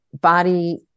body